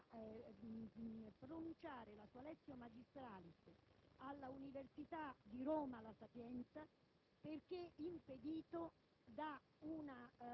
Vescovo di Roma, ha rinunciato a pronunciare la sua *lectio magistralis* all'Università «La Sapienza»